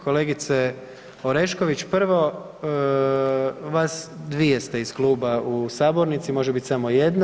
Kolegice Orešković prvo, vas dvije ste iz kluba u sabornici, može biti samo jedna.